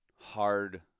hard